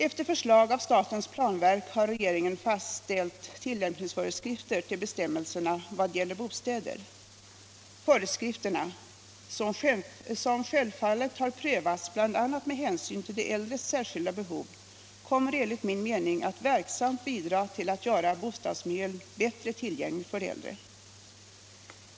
Efter förslag av statens planverk har regeringen fastställt tillämpningsföreskrifter till bestämmelserna vad gäller bostäder. Föreskrifterna, som självfallet har prövats bl.a. med hänsyn till de äldres särskilda behov, kommer enligt min mening att verksamt bidra till att göra bostadsmiljön bättre tillgänglig för de äldre.